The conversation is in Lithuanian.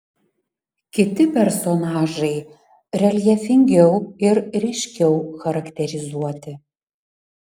kiti personažai reljefingiau ir ryškiau charakterizuoti